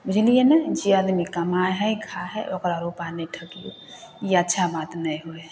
बुझलिए ने जे आदमी कमाइ हइ खाइ हइ ओकरा रुपा नहि ठकिऔ ई अच्छा बात नहि होइ हइ